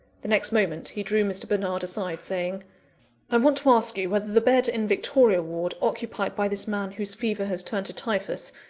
the next moment he drew mr. bernard aside, saying i want to ask you whether the bed in victoria ward, occupied by this man whose fever has turned to typhus,